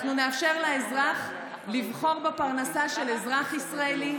אנחנו נאפשר לאזרח לבחור בפרנסה של אזרח ישראלי,